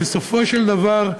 בסופו של דבר,